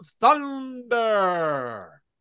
Thunder